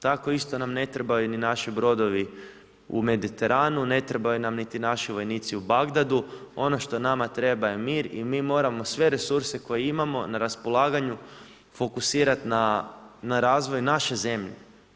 Tako isto nam ne trebaju ni naši brodovi u Mediteranu, ne trebaju nam naši vojnici u Bagdadu, ono što nama treba je mir i mi moramo sve resurse koje imamo na raspolaganju fokusirati na razvoj naše zemlje.